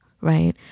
Right